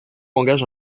engage